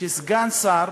שסגן שר